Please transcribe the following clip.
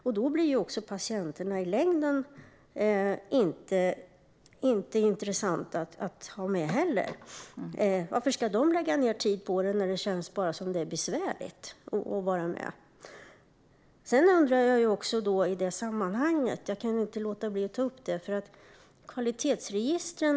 Då blir i längden inte heller patienterna intressanta att ha med - varför ska man lägga ned tid på något som bara känns besvärligt? I det här sammanhanget vill jag också ta upp kvalitetsregistren.